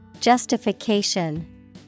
Justification